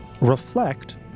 reflect